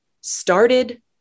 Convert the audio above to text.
started